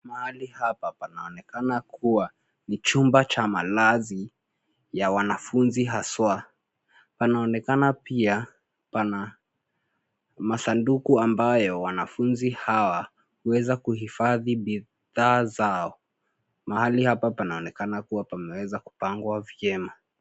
Mahili hapa panaonekena kuwa ni chumba cha malazi ya wanafunzi haswa. Pananonekana pia pana masanduku ambayo wanafunzi hawa huweza kuhifadhi bidhaa zao. Mahali hapa panaonekana kuwa pameweza kupangwa vyema.